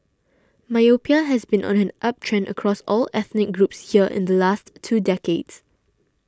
myopia has been on an uptrend across all ethnic groups here in the last two decades